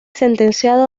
sentenciado